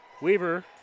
Weaver